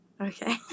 Okay